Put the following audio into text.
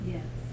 Yes